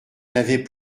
n’avait